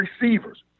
receivers